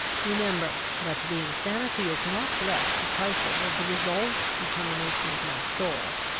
remember, that the insanity is not less to trifle with the resolved determination of my soul,